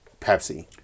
Pepsi